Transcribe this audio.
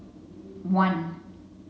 one